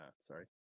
Sorry